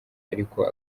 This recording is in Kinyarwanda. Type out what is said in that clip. ariko